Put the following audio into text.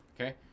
Okay